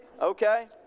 okay